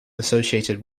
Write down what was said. associated